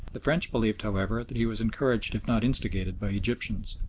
the french believed, however, that he was encouraged if not instigated by egyptians,